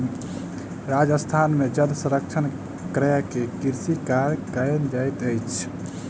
राजस्थान में जल संरक्षण कय के कृषि कार्य कयल जाइत अछि